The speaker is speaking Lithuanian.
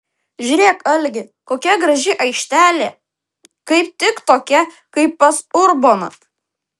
žiūrėk algi kokia graži aikštelė kaip tik tokia kaip pas urboną